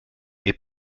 est